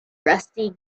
rusty